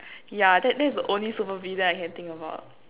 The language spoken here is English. yeah that that is the only super villain I can think about